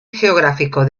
geográfico